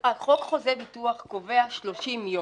חוק חוזי ביטוח קובע 30 יום.